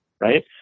Right